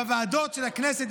בוועדות של הכנסת,